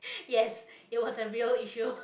yes it was a real issue